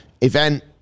event